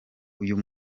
uyu